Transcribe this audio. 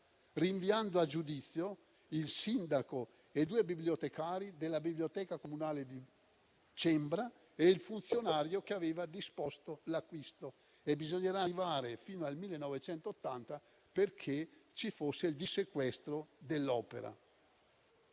rinviando a giudizio il sindaco, due bibliotecari della biblioteca comunale di Cembra e il funzionario che aveva disposto l'acquisto. Bisognerà arrivare fino al 1980 perché ci fosse il dissequestro dell'opera.